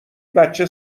بچه